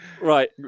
right